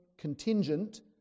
contingent